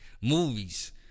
movies